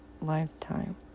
lifetime